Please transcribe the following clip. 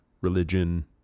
religion